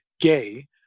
gay